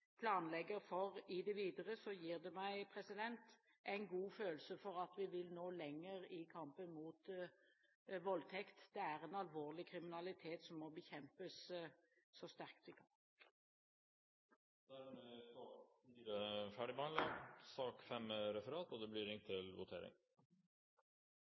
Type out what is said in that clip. planlegger videre, gir det meg en god følelse for at vi vil nå lenger i kampen mot voldtekt. Det er en alvorlig kriminalitet som vi må bekjempe så sterkt vi kan. Dermed er sak nr. 4 ferdigbehandlet. Stortinget er klar til å gå til votering. I sakene nr. 3 og 4 foreligger det